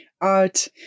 art